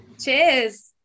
Cheers